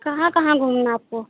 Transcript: कहाँ कहाँ घूमना आपको